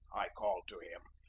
i called to him.